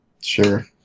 Sure